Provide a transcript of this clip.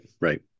Right